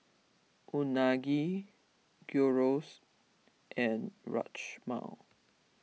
Unagi Gyros and Rajma